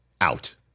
out